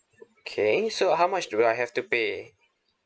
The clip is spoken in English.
okay so how much do I have to pay